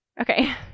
okay